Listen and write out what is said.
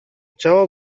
ciało